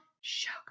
sugar